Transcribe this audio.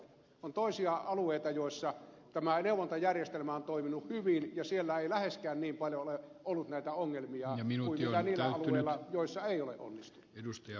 on toisia alueita joilla tämä neuvontajärjestelmä on toiminut hyvin ja siellä ei läheskään niin paljon ole ollut näitä ongelmia kuin niillä alueilla joilla ei ole onnistuttu